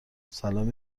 سلام